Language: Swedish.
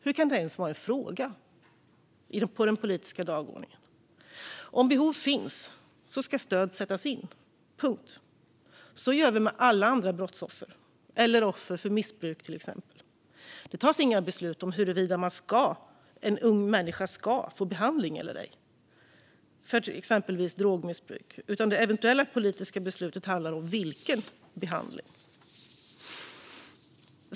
Hur kan det ens vara en fråga på den politiska dagordningen? Om behov finns ska stöd sättas in - punkt. Så gör vi med alla andra brottsoffer, eller till exempel offer för missbruk. Det tas inga beslut om huruvida en ung människa ska få behandling för sitt drogmissbruk eller ej, utan det eventuella politiska beslutet handlar om vilken behandling som ska ges.